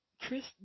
Chris